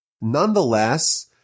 Nonetheless